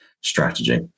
strategy